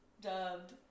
dubbed